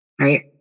right